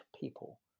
people